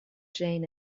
jane